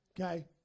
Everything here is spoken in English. Okay